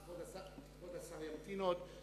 תודה.